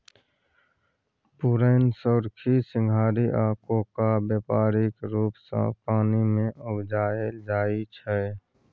पुरैण, सोरखी, सिंघारि आ कोका बेपारिक रुप सँ पानि मे उपजाएल जाइ छै